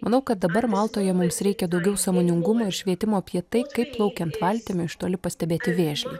manau kad dabar maltoje mums reikia daugiau sąmoningumo ir švietimo apie tai kaip plaukiant valtimi iš toli pastebėti vėžlį